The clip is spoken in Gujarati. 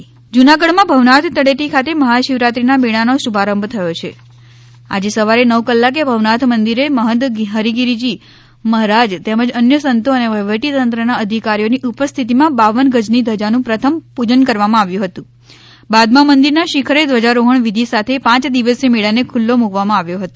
ભવનાથ મેળા જૂનાગઢમાં ભવનાથ તળેટી ખાતે મહાશિવરાત્રીનાં મેળાનો શુભારંભ થયો છે આજે સવારે નવ કલાકે ભવનાથ મંદિરે મહત હરિગીરીજી મહારાજ તેમજ અન્ય સંતો અને વહીવટી તંત્રના અધિકારીઓની ઉપસ્થિતિમાં બાવન ગજની ધજાનું પ્રથમ પૂજન કરવામાં આવ્યુ હતું બાદમાં મંદિરના શિખરે ધ્વજારોહણ વિધિ સાથે પાંચ દિવસિય મેળાને ખુલ્લો મુકવામાં આવ્યો હતો